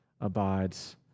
abides